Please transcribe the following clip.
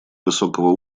высокого